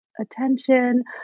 attention